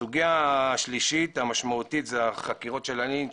הסוגיה השלישית המשמעותית היא החקירות של הלינץ'.